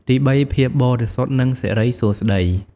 ទីបី ភាពបរិសុទ្ធ និងសិរីសួស្តី